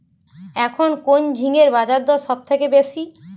এখন কোন ঝিঙ্গের বাজারদর সবথেকে বেশি?